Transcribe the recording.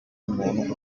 umuntu